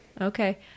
Okay